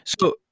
So-